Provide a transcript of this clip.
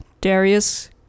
Darius